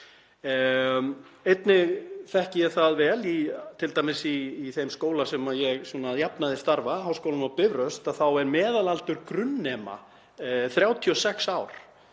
Einnig þekki ég það vel, t.d. í þeim skóla sem ég að jafnaði starfa, Háskólanum á Bifröst, að þar er meðalaldur grunnnema 36 ár.